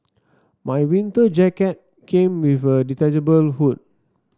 my winter jacket came with a detachable hood